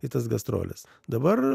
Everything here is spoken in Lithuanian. į tas gastroles dabar